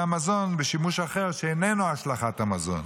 המזון להשתמש בו שימוש אחר שאיננו השלכת המזון,